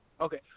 Okay